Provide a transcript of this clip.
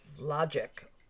logic